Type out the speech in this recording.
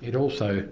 it also